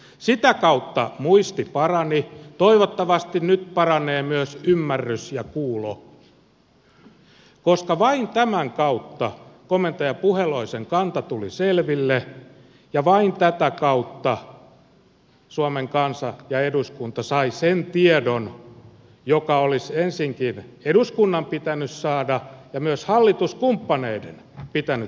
sitä kautta muisti parani ja toivottavasti nyt paranevat myös ymmärrys ja kuulo koska vain tämän kautta komentaja puheloisen kanta tuli selville ja vain tätä kautta suomen kansa ja eduskunta saivat sen tiedon joka olisi ensinnäkin eduskunnan pitänyt saada ja myös hallituskumppaneiden pitänyt saada